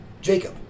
Jacob